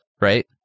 right